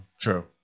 True